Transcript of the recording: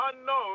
unknown